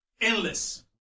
endless